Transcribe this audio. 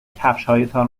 کفشهایتان